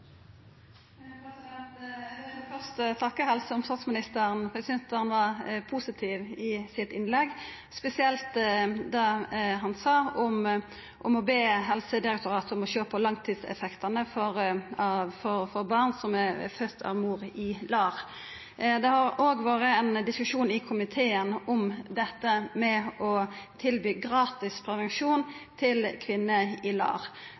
vil først takka helse- og omsorgsministeren, for eg synest han var positiv i sitt innlegg, spesielt det han sa om å be Helsedirektoratet sjå på langtidseffektane for barn som er fødde av mor i LAR. Det har òg vore ein diskusjon i komiteen om dette med å tilby gratis prevensjon til kvinner i LAR,